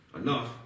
enough